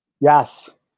Yes